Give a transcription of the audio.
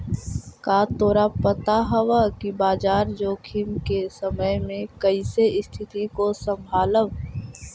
का तोरा पता हवअ कि बाजार जोखिम के समय में कइसे स्तिथि को संभालव